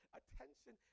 attention